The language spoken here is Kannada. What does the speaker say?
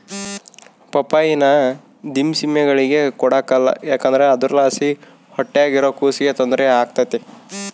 ಪಪ್ಪಾಯಿನ ದಿಮೆಂಸೇಳಿಗೆ ಕೊಡಕಲ್ಲ ಯಾಕಂದ್ರ ಅದುರ್ಲಾಸಿ ಹೊಟ್ಯಾಗಿರೋ ಕೂಸಿಗೆ ತೊಂದ್ರೆ ಆಗ್ತತೆ